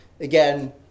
Again